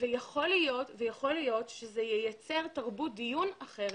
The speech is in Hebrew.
יכול להיות שזה ייצר תרבות דיון אחרת.